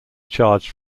charged